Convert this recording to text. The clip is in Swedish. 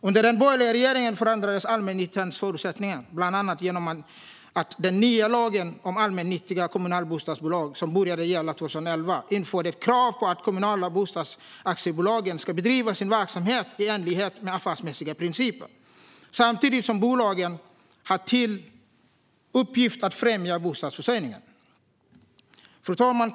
Under den borgerliga regeringen förändrades allmännyttans förutsättningar, bland annat genom att den nya lagen om allmännyttiga kommunala bostadsaktiebolag, som började gälla 2011, införde ett krav på att de kommunala bostadsaktiebolagen ska bedriva sin verksamhet i enlighet med affärsmässiga principer - samtidigt som bolagen har till uppgift att främja bostadsförsörjningen. Fru talman!